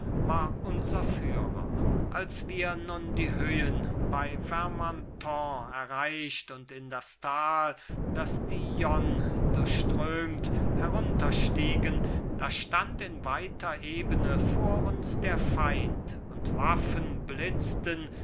war unser führer als wir nun die höhen bei vermanton erreicht und in das tal das die yonne durchströmt herunterstiegen da stand in weiter ebene vor uns der feind und waffen blitzten